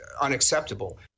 unacceptable